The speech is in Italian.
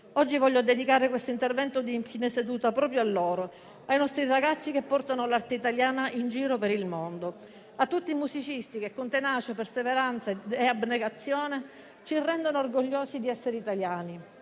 Oggi voglio dedicare questo intervento di fine seduta proprio a loro, ai nostri ragazzi che portano l'arte italiana in giro per il mondo e a tutti i musicisti che con tenacia, perseveranza e abnegazione ci rendono orgogliosi di essere italiani.